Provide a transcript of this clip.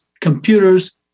computers